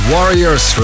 Warriors